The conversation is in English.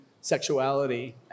sexuality